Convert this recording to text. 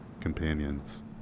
companions